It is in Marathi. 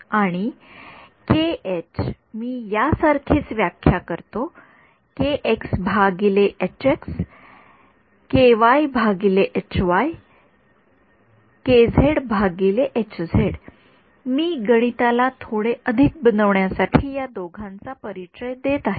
आणि मी या सारखीच व्याख्या करतो मी गणिताला थोडे अधिक बनवण्यासाठी या दोघांचा परिचय देत आहे